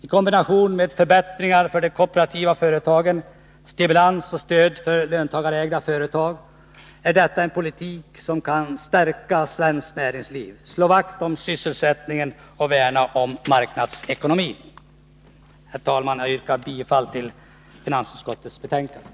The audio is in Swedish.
I kombination med förbättringar för de kooperativa företagen samt stimulans och stöd för löntagarägda företag kan denna politik stärka svenskt näringsliv, slå vakt om sysselsättningen och värna om marknadsekonomin. Herr talman! Jag yrkar bifall till hemställan i finansutskottets betänkande.